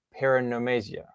paranomasia